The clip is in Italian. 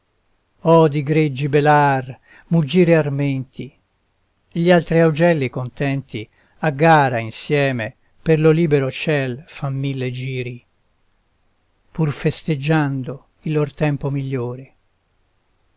core odi greggi belar muggire armenti gli altri augelli contenti a gara insieme per lo libero ciel fan mille giri pur festeggiando il lor tempo migliore